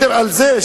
יותר מזה,